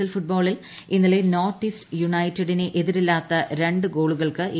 L ഫുട്ബോളിൽ ഇന്നലെ north east യുണൈറ്റഡിനെ എതിരില്ലാത്ത രണ്ട് ഗോളുകൾക്ക് എ